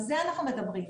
על זה אנחנו מדברים.